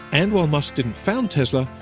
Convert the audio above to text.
and while musk didn't found tesla,